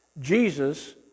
Jesus